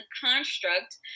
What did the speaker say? construct